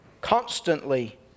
Constantly